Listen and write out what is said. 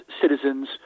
citizens